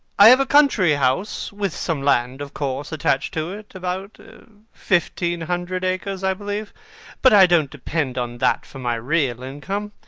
i have a country house with some land, of course, attached to it, about fifteen hundred acres, i believe but i don't depend on that for my real income.